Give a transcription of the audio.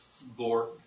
Bore